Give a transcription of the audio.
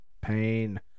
Pain